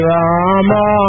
Rama